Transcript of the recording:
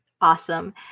Awesome